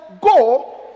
go